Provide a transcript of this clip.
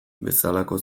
bezalako